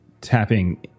tapping